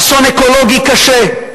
אסון אקולוגי קשה.